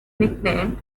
nicknamed